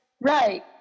Right